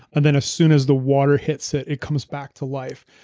and then as soon as the water hits it, it comes back to life.